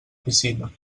piscina